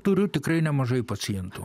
turiu tikrai nemažai pacientų